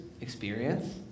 experience